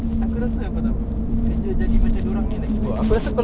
aku rasa apa [tau] kerja jadi macam dia orang lagi